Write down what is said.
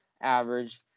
average